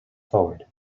forward